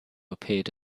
appeared